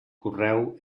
correu